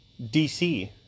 DC